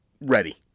ready